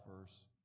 verse